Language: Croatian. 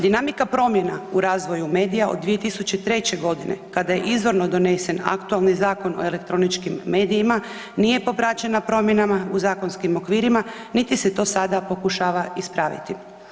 Dinamika promjena u razvoju medija od 2003. godine kada je izvorno donesen aktualni Zakon o elektroničkim medijima nije popraćena promjenama u zakonskim okvirima niti se to sada pokušava ispraviti.